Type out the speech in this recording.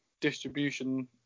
distribution